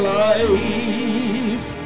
life